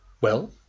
Well